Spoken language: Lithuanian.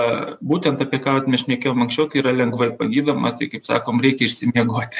a būtent apie ką šnekėjom anksčiau tai yra lengvai pagydoma tai kaip sakom reikia išsimiegoti